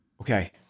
Okay